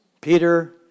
Peter